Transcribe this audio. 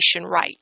right